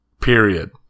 period